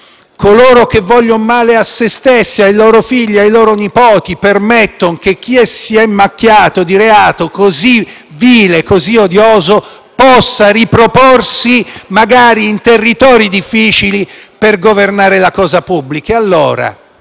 coloro che vogliono male a se stessi, ai loro figli e ai loro nipoti permettono che chi si è macchiato di reato così vile e odioso possa riproporsi, magari in territori difficili, per governare la cosa pubblica.